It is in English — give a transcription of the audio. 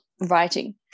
writing